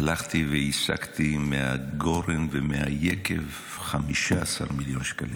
הלכתי והשגתי מהגורן ומהיקב 15 מיליון שקלים,